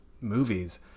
movies